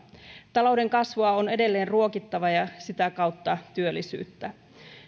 talouden kasvua on edelleen ruokittava ja sitä kautta työllisyyttä